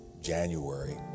January